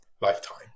lifetime